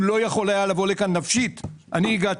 הוא לא יכול היה נפשית להגיע לכאן אז אני הגעתי.